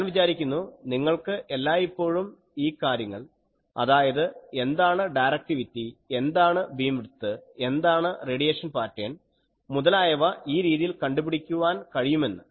ഞാൻ വിചാരിക്കുന്നു നിങ്ങൾക്ക് എല്ലായിപ്പോഴും ഈ കാര്യങ്ങൾ അതായത് എന്താണ് ഡയറക്ടിവിറ്റി എന്താണ് ബീം വിഡ്ത്ത് എന്താണ് റേഡിയേഷൻ പാറ്റേൺ മുതലായവ ഈ രീതിയിൽ കണ്ടുപിടിക്കുവാൻ കഴിയുമെന്ന്